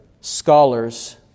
scholars